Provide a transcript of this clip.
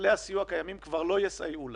שכלי הסיוע הקיימים כבר לא יסייעו להם.